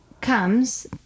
comes